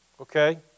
okay